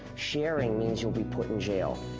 sharing means you'll be put in jail.